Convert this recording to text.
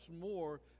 more